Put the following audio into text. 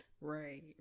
right